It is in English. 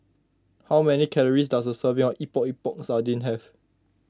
how many calories does a serving of Epok Epok Sardin have